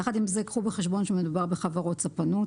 יחד עם זאת, קחו בחשבון שמדובר בחברות ספנות